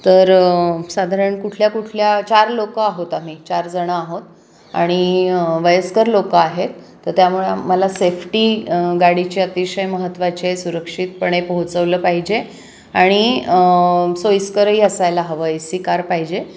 तर साधारण कुठल्या कुठल्या चार लोक आहोत आम्ही चार जण आहोत आणि वयस्कर लोक आहेत तर त्यामुळे मला सेफ्टी गाडीची अतिशय महत्त्वाची आहे सुरक्षितपणे पोहोचवलं पाहिजे आणि सोयीस्करही असायला हवं ए सी कार पाहिजे